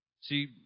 See